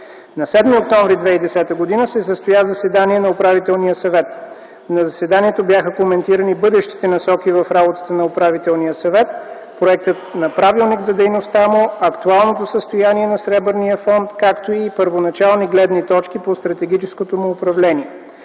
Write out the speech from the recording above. На 7 октомври 2010 г. се състоя заседание на Управителния съвет. На заседанието бяха коментирани бъдещите насоки в работата на Управителния съвет, проектът на правилник за дейността му, актуалното състояние на Сребърния фонд, както и първоначални гледни точки по стратегическото му управление.